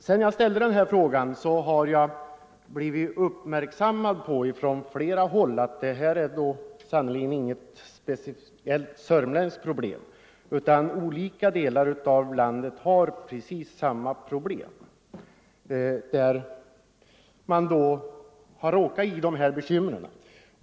Sedan jag ställde min fråga har jag från flera håll blivit uppmärksammad på att det här sannerligen inte är något speciellt sörmländskt problem, utan att man i olika delar av landet har precis samma bekymmer.